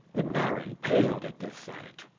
the baron paled at this sight.